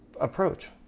approach